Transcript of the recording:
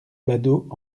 badauds